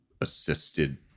assisted